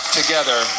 together